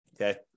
okay